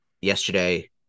yesterday